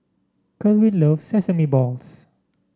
Kerwin loves Sesame Balls